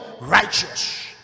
Righteous